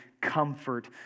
comfort